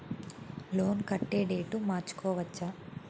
Loan కట్టే date మార్చుకోవచ్చా?